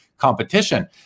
competition